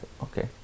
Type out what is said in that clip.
okay